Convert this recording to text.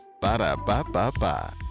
Ba-da-ba-ba-ba